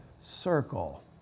circle